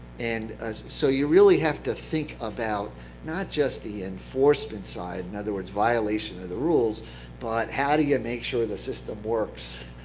and so you really have to think about not just the enforcement side in other words, violation of the rules but how do you make sure the system works